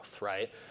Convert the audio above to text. right